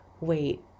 wait